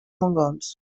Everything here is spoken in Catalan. mongols